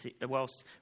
whilst